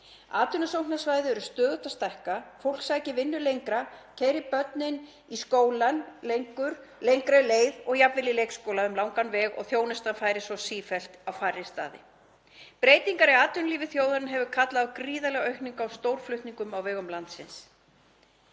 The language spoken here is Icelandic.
Atvinnusóknarsvæði eru stöðugt að stækka, fólk sækir vinnu lengra, keyrir börnin í skólann lengri leið og jafnvel í leikskóla um langan veg og þjónustan færist svo sífellt á færri staði. Breytingar í atvinnulífi þjóðarinnar hafa kallað á gríðarlega aukningu á stórflutningum á vegum landsins.